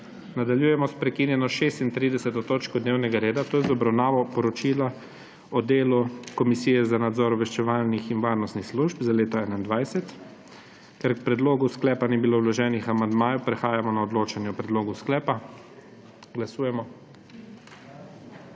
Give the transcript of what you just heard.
Nadaljujemo s prekinjeno 36. točko dnevnega reda, to je z obravnavo Poročila o delu Komisije za nadzor obveščevalnih in varnostnih služb za leto 2021. Ker k predlogu sklepa ni bilo vloženih amandmajev, prehajamo na odločanje o predlogu sklepa. Glasujemo.